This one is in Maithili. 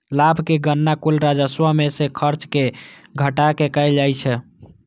लाभक गणना कुल राजस्व मे सं खर्च कें घटा कें कैल जाइ छै